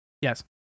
yes